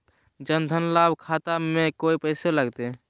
जन धन लाभ खाता में कोइ पैसों लगते?